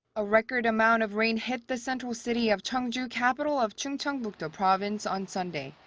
a record amount of rain hit the central city of cheongju, capital of chungcheongbuk-do province on sunday.